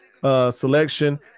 selection